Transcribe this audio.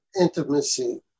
intimacy